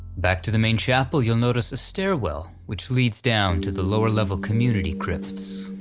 back to the main chapel you'll notice a stairwell, which leads down to the lower level community crypts,